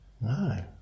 No